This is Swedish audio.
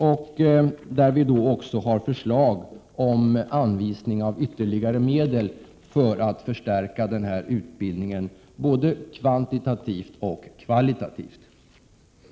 Där har vi också förslag om Ol anvisning av ytterligare medel för att; förstärka.den.här utbildningen både: SA Pfetsäklad SE är vuxenutbildning för kvantitativt och kvalitativt. é ; psykiskt utvecklings